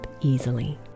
easily